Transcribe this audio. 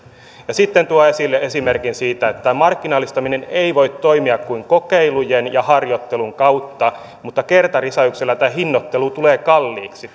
sitten tuon esille esimerkin siitä että tämä markkinallistaminen ei voi toimia kuin kokeilujen ja harjoittelun kautta mutta kertarysäyksellä tämä hinnoittelu tulee kalliiksi